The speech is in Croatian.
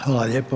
Hvala lijepo.